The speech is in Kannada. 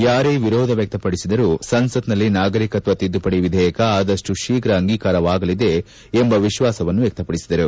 ಯಾರೇ ವಿರೋಧ ವ್ಯಕ್ತಪಡಿಸಿದರೂ ಸಂಸತ್ನಲ್ಲಿ ನಾಗರೀಕತ್ತ ತಿದ್ದುಪಡಿ ವಿಧೇಯಕ ಆದಷ್ಟು ಶೀಘ್ರ ಅಂಗೀಕಾರವಾಗಲಿದೆ ಎಂದು ವಿಶ್ವಾಸ ವ್ಯಕ್ತಪಡಿಸಿದರು